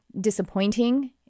disappointing